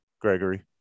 Gregory